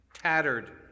tattered